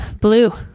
Blue